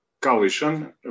coalition